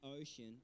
ocean